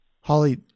Holly